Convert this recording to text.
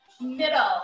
middle